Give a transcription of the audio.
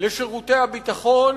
לשירותי הביטחון.